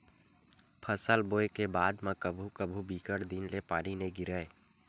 फसल बोये के बाद म कभू कभू बिकट दिन ले पानी नइ गिरय